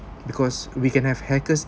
because we can have hackers